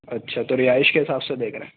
اچھا تو رہائش کے حساب سے دیکھ رہے ہیں